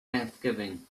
thanksgiving